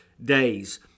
days